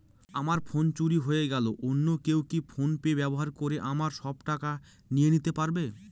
আমার ফোন চুরি হয়ে গেলে অন্য কেউ কি ফোন পে ব্যবহার করে আমার সব টাকা নিয়ে নিতে পারবে?